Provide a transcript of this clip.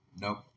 Nope